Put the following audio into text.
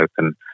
open